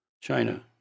China